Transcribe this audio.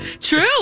True